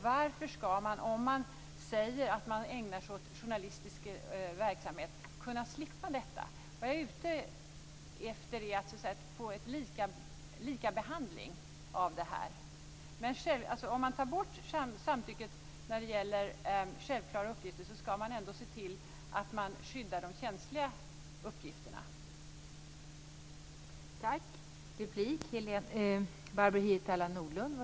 Varför skall man, om man säger att man ägnar sig åt journalistisk verksamhet, kunna slippa detta? Vad jag är ute efter är en likabehandling. Om man tar bort samtycket när det gäller självklara uppgifter skall man ändå se till att skydda de känsliga uppgifterna.